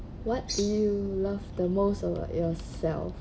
what do you love the most of uh yourself